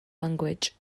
language